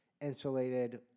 insulated